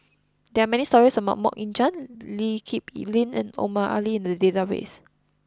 there are many stories about Mok Ying Jang Lee Kip Lin and Omar Ali in the database